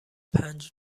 پنج